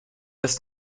ist